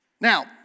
Now